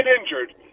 injured